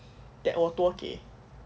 that 我多给